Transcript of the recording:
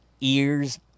ears